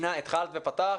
אינה, התחלת ופתחת.